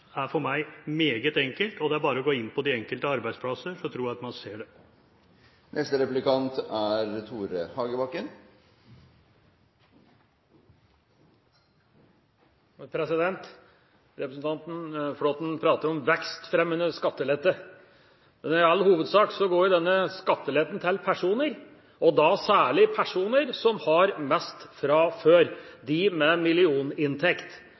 er for meg meget enkelt. Det er bare å gå inn på de enkelte arbeidsplasser. Da tror jeg at man ser det. Representanten Flåtten prater om vekstfremmende skattelette. Men i all hovedsak går jo denne skatteletten særlig til personer som har mest fra før, til dem med millioninntekt.